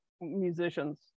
musicians